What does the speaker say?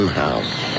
house